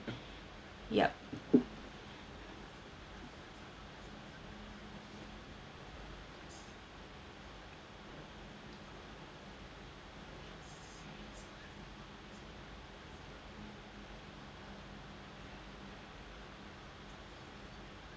yup